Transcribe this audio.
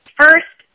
first